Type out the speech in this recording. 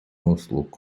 услуг